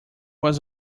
was